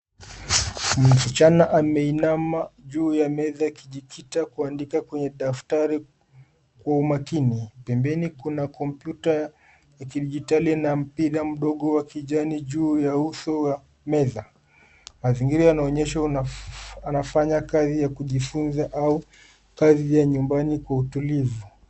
Msichana ameinama juu ya meza akijikita kwa kuandika kwenye daftari kwa umakini, pembeni kuna kompyuta ya kidigitali na mpira mdogo wa kijani juu ya uso wa meza. Mazingira unaonyesha anafanya kazi ya kujifunza au kazi ya nyumbani kwa utulivu.